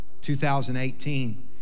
2018